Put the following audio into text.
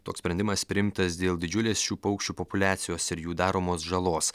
toks sprendimas priimtas dėl didžiulės šių paukščių populiacijos ir jų daromos žalos